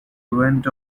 went